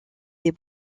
des